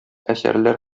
әсәрләр